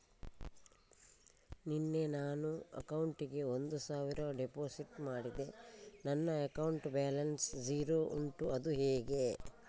ನಿನ್ನೆ ನಾನು ನನ್ನ ಅಕೌಂಟಿಗೆ ಒಂದು ಸಾವಿರ ಡೆಪೋಸಿಟ್ ಮಾಡಿದೆ ನನ್ನ ಅಕೌಂಟ್ ಬ್ಯಾಲೆನ್ಸ್ ಝೀರೋ ಉಂಟು ಅದು ಹೇಗೆ?